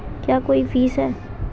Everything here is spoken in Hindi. क्या कोई फीस है?